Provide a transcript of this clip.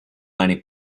many